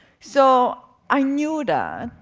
so, i knew that.